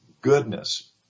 goodness